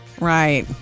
Right